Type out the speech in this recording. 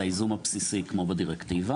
זה הייזום הבסיסי כמו בדירקטיבה,